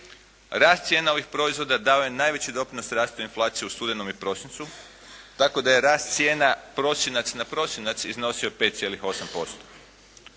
Rast cijena ovih proizvoda dao je najveći doprinos rastu inflacije u studenom i prosincu, tako da je rast cijena prosinac na prosinac iznosio 5,8%.